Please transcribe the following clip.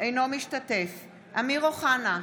אינו משתתף בהצבעה אמיר אוחנה,